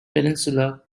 peninsula